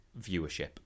viewership